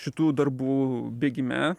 šitų darbų bėgime